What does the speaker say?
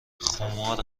خمار